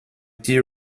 dear